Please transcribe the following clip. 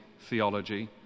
theology